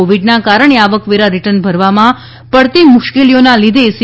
કોવિડના કારણે આવકવેરા રિટર્ન ભરવામાં પડતી મુશ્કેલીઓના લીધે સી